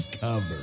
cover